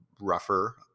rougher